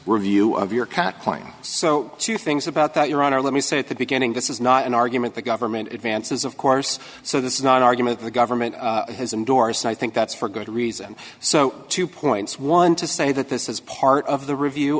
review of your can't claim so two things about that your honor let me say at the beginning this is not an argument the government advances of course so this is not an argument the government has endorsed i think that's for good reason so two points one to say that this is part of the review